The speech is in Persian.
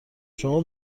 شما